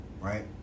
right